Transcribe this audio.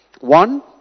One